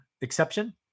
exception